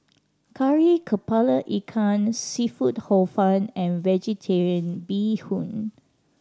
Kari Kepala Ikan seafood Hor Fun and Vegetarian Bee Hoon